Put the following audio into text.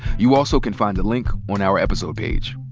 you also can find a link on our episode page.